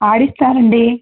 ఆడిస్తారు అండి